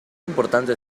importante